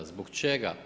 Zbog čega?